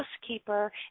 housekeeper